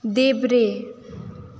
देब्रे